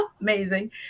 amazing